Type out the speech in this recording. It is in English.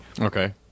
Okay